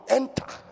enter